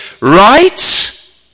Right